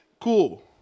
Cool